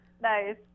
Nice